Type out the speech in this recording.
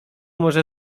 może